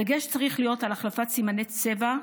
הדגש צריך להיות על החלפת סימני צבע,